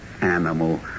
animal